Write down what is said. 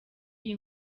iyi